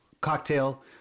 cocktail